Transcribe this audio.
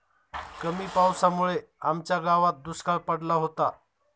कमी पावसामुळे आमच्या गावात दुष्काळ पडला होता